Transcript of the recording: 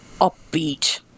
upbeat